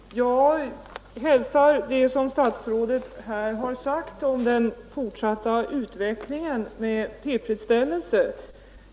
Fru talman! Jag hälsar med tillfredsställelse vad statsrådet här sagt om den fortsatta utvecklingen.